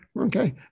Okay